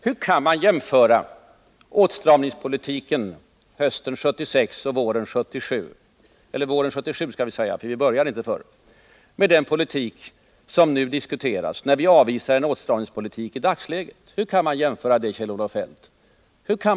Hur kan man jämföra åtstramningspolitiken våren 1977 med den politik som nu avvisar åtstramning i dagsläget? Hur kan man göra den jämförelsen, Kjell-Olof Feldt?